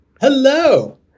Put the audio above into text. Hello